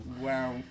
Wow